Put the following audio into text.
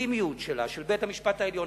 הלגיטימיות שלה, של בית-המשפט העליון.